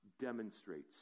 demonstrates